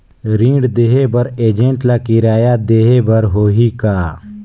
ऋण देहे बर एजेंट ला किराया देही बर होही का?